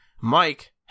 mike